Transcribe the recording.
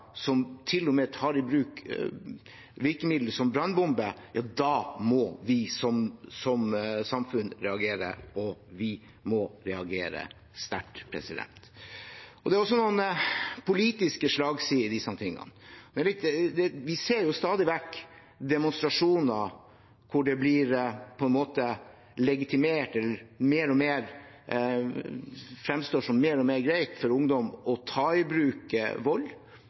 som til og med tar i bruk virkemidler som brannbomber, ja, da må vi som samfunn reagere, og vi må reagere sterkt. Det er også en politisk slagside ved disse tingene. Vi ser stadig vekk demonstrasjoner hvor det på en måte blir mer og mer legitimert, og hvor det fremstår som mer og mer greit for ungdom å ta i bruk vold